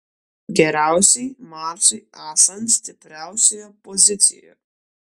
geriausiai marsui esant stipriausioje pozicijoje